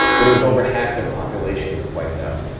but it was over half their population was wiped out.